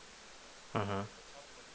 mmhmm